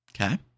Okay